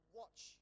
watch